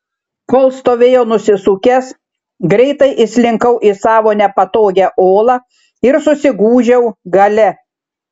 kol stovėjo nusisukęs greitai įslinkau į savo nepatogią olą ir susigūžiau gale